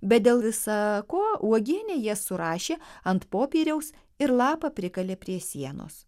bet dėl visa ko uogienė jie surašė ant popieriaus ir lapą prikalė prie sienos